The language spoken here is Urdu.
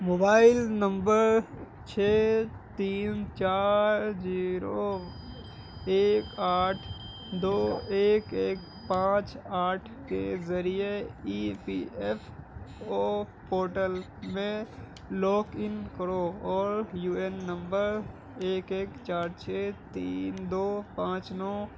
موبائل نمبر چھ تین چار زیرو ایک آٹھ دو ایک ایک پانچ آٹھ کے ذریعے E P F O portal میں لاگ ان کرو اور یو این نمبر ایک ایک چار چھ تین دو پانچ نو